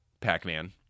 Pac-Man